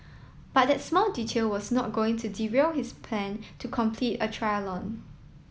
ut that small detail was not going to derail his plan to complete a